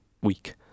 week